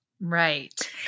Right